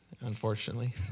unfortunately